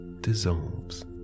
dissolves